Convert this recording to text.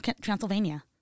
Transylvania